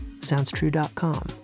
SoundsTrue.com